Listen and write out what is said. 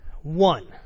One